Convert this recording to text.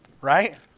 right